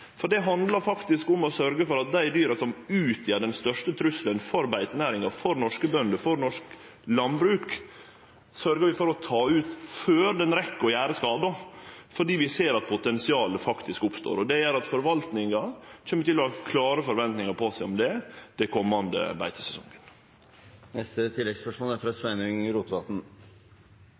For det handlar faktisk om å sørgje for at dei dyra som utgjer den største trusselen for beitenæringa, for norske bønder, for norsk landbruk, vert tekne ut før dei rekk å gjere skade, fordi vi ser at potensialet faktisk oppstår. Det gjer at forvaltninga kjem til å ha klare forventningar på seg om det